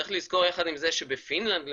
צריך לזכור יחד עם זה שבפינלנד למשל,